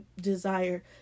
desire